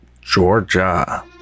Georgia